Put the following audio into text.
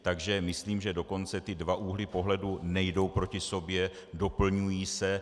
Takže myslím, že dokonce ty dva úhly pohledu nejdou proti sobě, doplňují se.